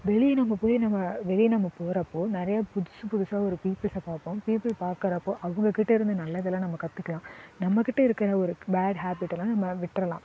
வெளியே நம்ம போய் நம்ம வெளியே நம்ம போகிறப்போ நிறையா புதுசு புதுசாக ஒரு பீப்புள்சை பார்ப்போம் பீப்புள் பார்க்குறப்போ அவங்கக்கிட்டேருந்து நல்லதெல்லாம் நம்ம கற்றுக்கலாம் நம்மக்கிட்டே இருக்குற ஒரு பேட் ஹாப்பிட்டெல்லாம் நம்ம விட்ரலாம்